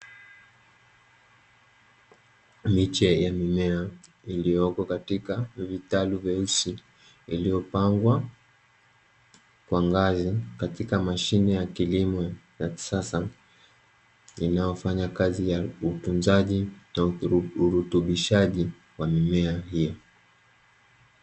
Miche ya mimea iliyoko katika vitalu vyeusi, vilivyopangwa kwa ngazi katika mashine ya kilimo ya kisasa, inayofanya kazi ya utunzaji na urutubishaji wa mimea hiyo.